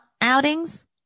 outings